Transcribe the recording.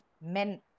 men